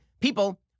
People